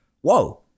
whoa